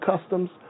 customs